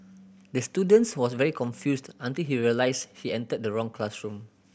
the student was very confused until he realised he entered the wrong classroom